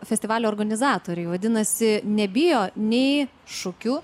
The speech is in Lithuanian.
festivalio organizatoriai vadinasi nebijo nei šukių